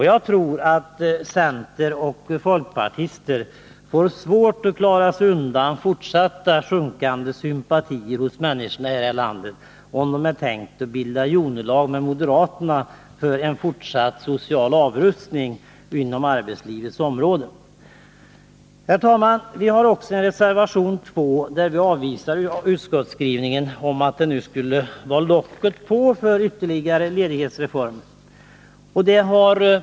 Jag tror att centern och folkpartiet får svårt att klara sig undan fortsatt sjunkande sympatier hos människorna här i landet, om de tänkt bilda hjonelag med moderaterna för en fortsatt social avrustning inom arbetslivets område. Vi har också avgivit reservation 2, där vi avvisar utskottsskrivningen om att det nu skulle vara locket på för ytterligare ledighetsreformer.